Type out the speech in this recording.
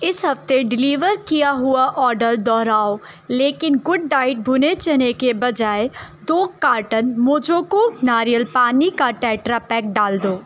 اس ہفتے ڈیلیور کیا ہوا آڈر دوہراؤ لیکن گوڈ ڈائٹ بھنے چنے کے بجائے دو کارٹن موجوکو ناریل پانی کا ٹیٹرا پیک ڈال دو